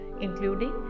including